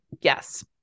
Yes